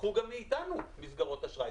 קחו גם מאתנו מסגרות אשראי.